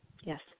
yes